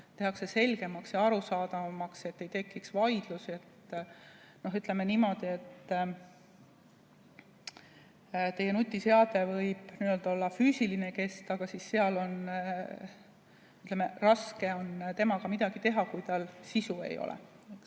tehakse selgemaks ja arusaadavamaks, et ei tekiks vaidlusi. Ütleme niimoodi, et teie nutiseade võib olla küll füüsiline kest, aga raske on temaga midagi teha, kui tal sisu ei ole.